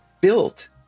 built